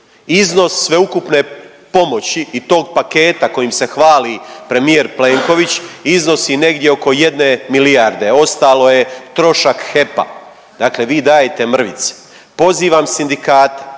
Iznos sveukupne pomoći i tog paketa kojim se hvali premijer Plenković iznosi negdje oko 1 milijarde, ostalo je trošak HEP-a. Dakle vi dajete mrvice. Pozivam sindikate,